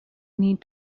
need